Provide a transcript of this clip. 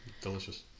Delicious